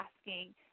asking